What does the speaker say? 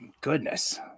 goodness